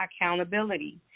accountability